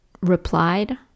replied